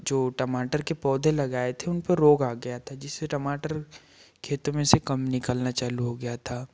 जो टमाटर के पौधे लगाए थे उन पर रोग आ गया था जिससे टमाटर खेतों में से कम निकलना चालू हो गया था